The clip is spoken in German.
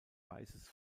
weißes